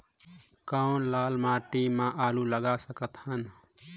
कौन लाल माटी म आलू लगा सकत हन?